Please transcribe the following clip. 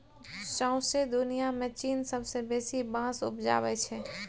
सौंसे दुनियाँ मे चीन सबसँ बेसी बाँस उपजाबै छै